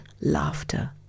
laughter